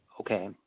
Okay